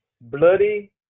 bloody